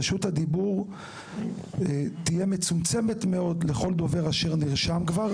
רשות הדיבור תהיה מצומצמת מאוד לכל דובר אשר נרשם כבר,